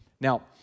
Now